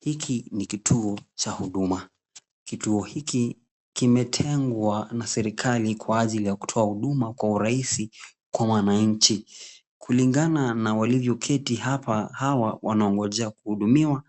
Hiki ni kituo cha huduma. Kituo hiki kimetengwa na serikali kwa ajili ya kutoa huduma kwa urahisi kwa wananchi. Kulingana na walivyoketi hapa, hawa wanaongoja kuhudumiwa